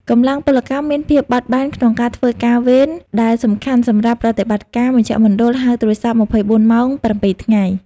កម្លាំងពលកម្មមានភាពបត់បែនក្នុងការធ្វើការវេន ដែលសំខាន់សម្រាប់ប្រតិបត្តិការមជ្ឈមណ្ឌលហៅទូរស័ព្ទ 24 ម៉ោង 7 ថ្ងៃ។